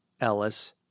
Ellis